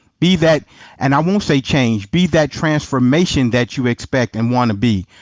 be that and i won't say change. be that transformation that you expect and want to be.